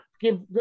give